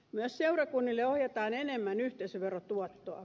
myös seurakunnille ohjataan enemmän yhteisöverotuottoa